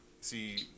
See